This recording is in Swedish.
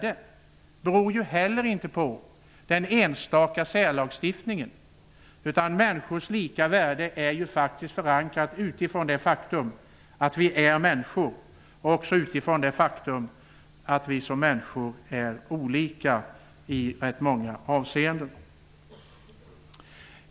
Det beror inte heller på den enstaka särlagstiftningen, utan människors lika värde är förankrat i det faktum att vi är människor och också i det faktum att vi som människor är olika i rätt många avseenden.